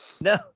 No